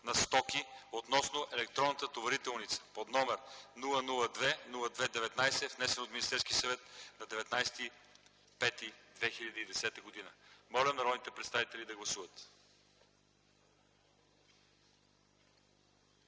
на стоки относно електронната товарителница под № 002-02-19, внесен от Министерския съвет на 19 май 2010 г. Моля народните представители да гласуват.